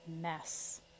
mess